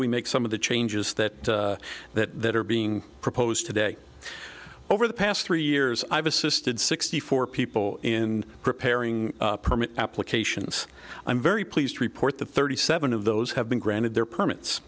we make some of the changes that that are being proposed today over the past three years i've assisted sixty four people in preparing permit applications i'm very pleased to report the thirty seven of those have been granted their permits